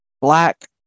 black